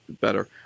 better